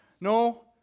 No